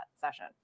session